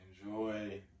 Enjoy